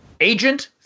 Agent